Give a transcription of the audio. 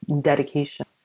dedication